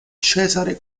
cesare